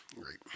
Great